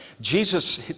Jesus